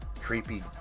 creepy